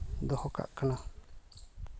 ᱫᱚᱦᱚ ᱠᱟᱜ ᱠᱟᱱᱟ